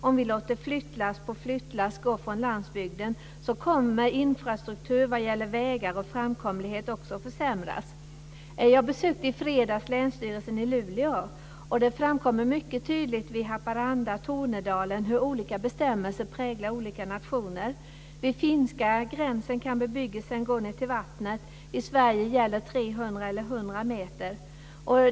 Om vi låter flyttlass på flyttlass gå från landsbygden, kommer infrastruktur vad gäller vägar och framkomlighet också att försämras. Jag besökte i fredags Länsstyrelsen i Luleå. Det framkommer mycket tydligt i Haparanda och i Tornedalen hur olika bestämmelser präglar olika nationer. Vid finska gränsen kan bebyggelsen gå ned till vattnet. I Sverige gäller 300 eller 100 meter.